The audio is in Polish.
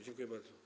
Dziękuję bardzo.